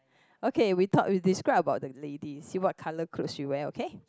okay we talk we describe about the lady see what colour clothes she wear okay